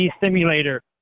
simulator